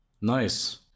Nice